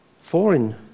foreign